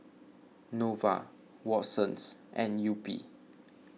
Nova Watsons and Yupi